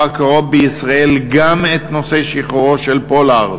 הקרוב בישראל גם את נושא שחרורו של פולארד,